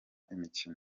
imikino